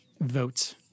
vote